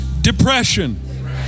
depression